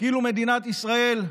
כאילו מדינת ישראל,